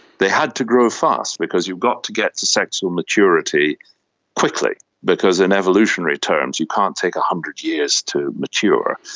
they had to grow fast because you've got to get to sexual maturity quickly because in evolutionary terms you can't take one hundred years to mature,